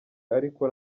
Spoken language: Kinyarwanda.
ariko